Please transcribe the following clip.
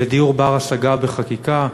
לדיור בר-השגה בחקיקה,